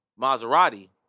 Maserati